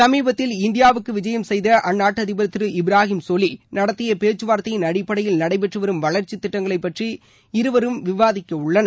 சமீபத்தில் இந்தியாவுக்கு விஜயம் செய்த அந்நாட்டு அதிபர் திரு இப்ராஹிம் சோலி நடத்திய பேச்சுவார்த்தையின் அடிப்படையில் நடைபெற்று வரும் வளர்ச்சித்திட்டங்களை பற்றி இருவரும் விவாதிக்கவுள்ளனர்